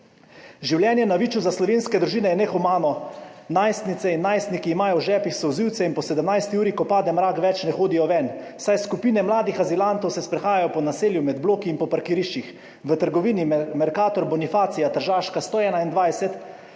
Življenje na Viču za slovenske družine je nehumano, najstnice in najstniki imajo v žepih solzivce in po 17. uri, ko pade mrak, več ne hodijo ven, saj skupine mladih azilantov se sprehajajo po naselju, med bloki in po parkiriščih. V trgovini Mercator Bonifacija, Tržaška 121,